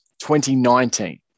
2019